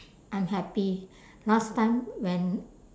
I'm happy last time when